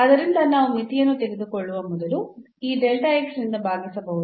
ಆದ್ದರಿಂದ ನಾವು ಮಿತಿಯನ್ನು ತೆಗೆದುಕೊಳ್ಳುವ ಮೊದಲು ಈ ನಿಂದ ಭಾಗಿಸಬಹುದು